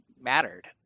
mattered